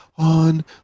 On